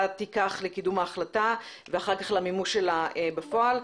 תיקח לקידום ההחלטה ואחר כך למימוש שלה בפועל.